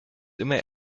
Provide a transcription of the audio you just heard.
immer